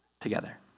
together